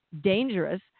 dangerous